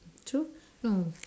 true oh